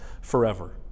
forever